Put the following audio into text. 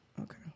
Okay